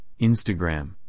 Instagram